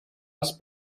als